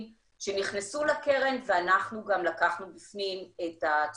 שנכנסו לקרן ואנחנו גם לקחנו בפנים את התשואות.